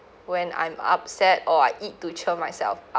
when I'm upset or I eat too cheer myself up